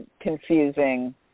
confusing